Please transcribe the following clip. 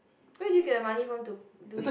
where did you get the money from to to do it